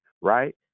right